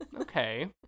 Okay